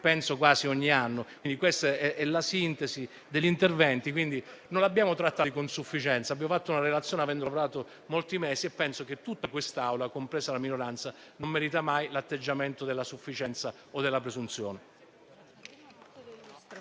quasi ogni anno. Questa è la sintesi degli interventi. Non abbiamo trattato la questione con sufficienza, ma abbiamo fatto una relazione avendo lavorato molti mesi e penso che tutta l'Assemblea, compresa la minoranza, non meriti mai l'atteggiamento della sufficienza o della presunzione.